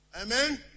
Amen